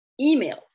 emails